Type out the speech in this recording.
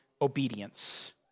obedience